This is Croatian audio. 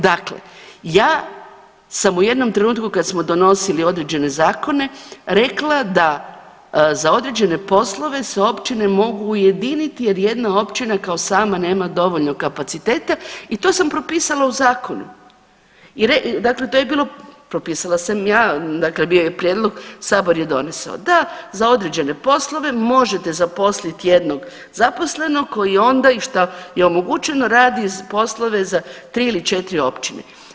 Dakle, ja sam u jednom trenutku kad smo donosili određene zakone rekla da za određene poslove se uopće ne mogu ujediniti jer jedna općina kao sama nema dovoljno kapaciteta i to sam propisala u zakonu, dakle to je bilo, propisala sam ja, dakle bio je prijedlog, sabor je donesao da za određene poslove možete zaposliti jednog zaposlenog koji je onda i šta je omogućeno radi poslove za 3 ili 4 općine.